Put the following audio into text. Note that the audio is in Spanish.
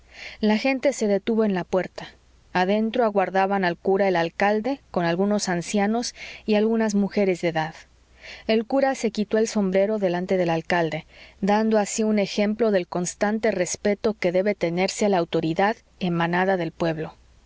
la gente se detuvo en la puerta adentro aguardaban al cura el alcalde con algunos ancianos y algunas mujeres de edad el cura se quitó el sombrero delante del alcalde dando así un ejemplo del constante respeto que debe tenerse a la autoridad emanada del pueblo